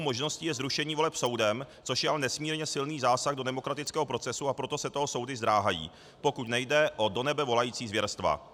Jedinou možností je zrušení voleb soudem, což je ale nesmírně silný zásah do demokratického procesu, a proto se toho soudy zdráhají, pokud nejde o do nebe volající zvěrstva.